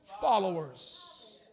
followers